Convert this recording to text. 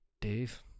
Dave